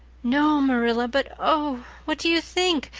no, marilla, but oh, what do you think?